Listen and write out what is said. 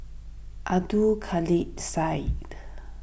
Abdul Kadir Syed